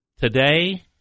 today